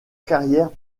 carrière